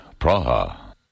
Praha